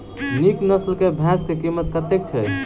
नीक नस्ल केँ भैंस केँ कीमत कतेक छै?